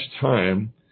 time